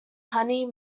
honey